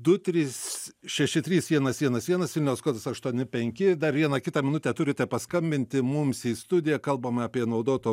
du trys šeši trys vienas vienas vienas vilniaus kodas aštuoni penki dar vieną kitą minutę turite paskambinti mums į studiją kalbame apie naudotų